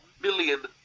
million